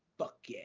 fuck, yeah!